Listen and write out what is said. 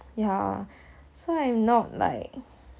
yeah so I'm not like